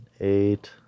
eight